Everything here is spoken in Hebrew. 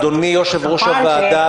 אדוני יושב-ראש הוועדה -- נכון,